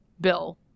bill